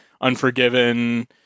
unforgiven